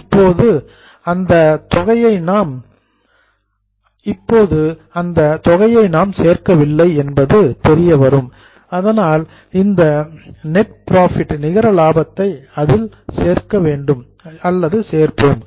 இப்போது அந்த தொகையை நாம் சேர்க்கவில்லை என்பது தெரியவரும் அதனால் இந்த நெட் புரோஃபிட் நிகர லாபத்தை அதில் சேர்ப்போம்